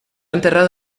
enterrado